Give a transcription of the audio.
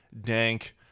dank